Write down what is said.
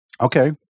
Okay